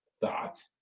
thought